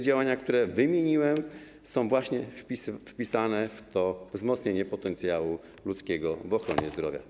Działania, które wymieniłem, są właśnie wpisane w to wzmocnienie potencjału ludzkiego w ochronie zdrowia.